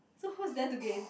so who's there to gain